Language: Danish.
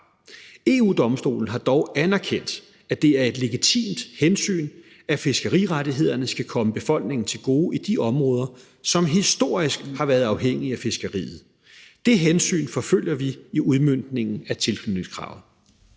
EU-Domstolen har dog anerkendt, at det er et legitimt hensyn, at fiskerirettighederne skal komme befolkningen til gode i de områder, som historisk har været afhængige af fiskeriet. Det hensyn forfølger vi i udmøntningen af tilknytningskravet.